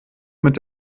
mit